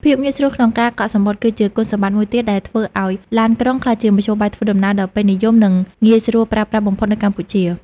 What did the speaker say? ភាពងាយស្រួលក្នុងការកក់សំបុត្រ គឺជាគុណសម្បត្តិមួយទៀតដែលធ្វើឱ្យឡានក្រុងក្លាយជាមធ្យោបាយធ្វើដំណើរដ៏ពេញនិយម និងងាយស្រួលប្រើប្រាស់បំផុតនៅកម្ពុជា។